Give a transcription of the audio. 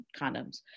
condoms